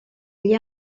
gli